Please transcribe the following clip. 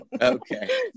Okay